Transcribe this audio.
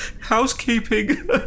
Housekeeping